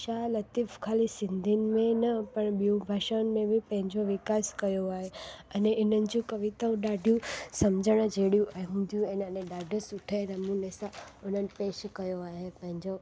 शाह लतीफ़ु ख़ाली सिंधियुनि में न पर ॿियूं भाषाउनि में बि पंहिंजो विकास कयो आहे अने इन्हनि जूं कविताऊं ॾाढियूं समुझण जहिड़ियूं हूंदियूं आहिनि अने ॾाढे सुठे नमूने सां उन्हनि पेशु कयो आहे पंहिंजो